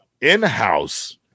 in-house